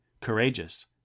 courageous